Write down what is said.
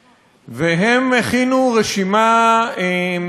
הם הכינו רשימה מדאיגה,